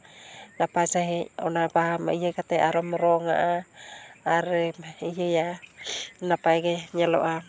ᱱᱟᱯᱟᱭ ᱥᱟᱺᱦᱤᱡ ᱚᱱᱟ ᱵᱟᱦᱟ ᱤᱭᱟᱹ ᱠᱟᱛᱮᱫ ᱟᱨᱚᱢ ᱨᱚᱝᱟᱜᱼᱟ ᱟᱨᱮᱢ ᱤᱭᱟᱹᱭᱟ ᱱᱟᱯᱟᱭ ᱜᱮ ᱧᱮᱞᱚᱜᱼᱟ